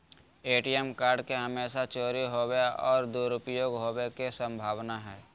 ATM card के हमेशा चोरी होवय और दुरुपयोग होवेय के संभावना हइ